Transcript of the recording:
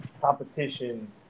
competition